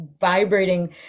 vibrating